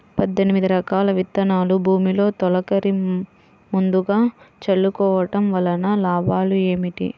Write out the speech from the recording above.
పద్దెనిమిది రకాల విత్తనాలు భూమిలో తొలకరి ముందుగా చల్లుకోవటం వలన లాభాలు ఏమిటి?